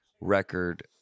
record